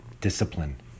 discipline